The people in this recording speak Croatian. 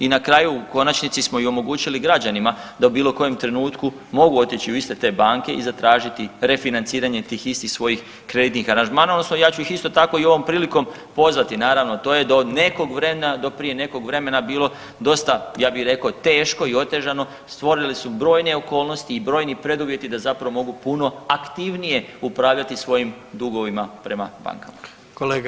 I na kraju u konačnici smo i omogućili građanima da u bilo kojem trenutku mogu otići u iste te banke i zatražiti refinanciranje tih istih svojih kreditnih aranžmana odnosno ja ću ih isto tako i ovom priliko pozvati naravno, a to je da od nekog vremena do prije nekog vremena bilo dosta, ja bi rekao teško i otežano, stvorili su brojne okolnosti i brojni preduvjeti da zapravo mogu puno aktivnije upravljati svojim dugovima prema bankama.